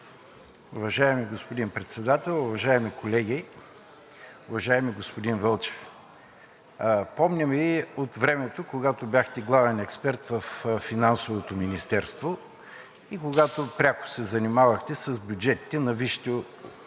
Уважаеми господин Председател, уважаеми колеги! Уважаеми господин Вълчев, помня Ви от времето, когато бяхте главен експерт във Финансовото министерство и когато пряко се занимавахте с бюджетите на